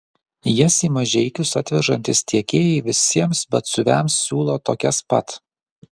jas į mažeikius atvežantys tiekėjai visiems batsiuviams siūlo tokias pat